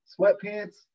sweatpants